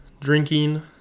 drinking